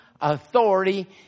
authority